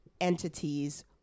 entities